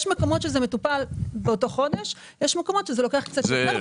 יש מקומות שזה מטופל באותו חודש ויש מקומות שזה לוקח קצת יותר זמן.